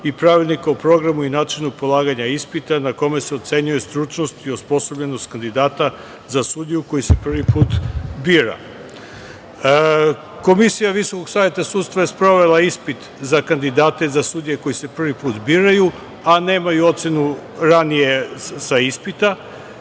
i Pravilnikom o programu i načinu polaganja ispita na kome se ocenjuje stručnost i osposobljenost kandidata za sudiju koji se prvi put bira. Komisija Visokog saveta sudstva je sprovela ispit za kandidate za sudije koji se prvi put biraju, a nemaju ocenu ranije sa ispita,